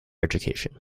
education